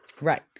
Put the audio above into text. right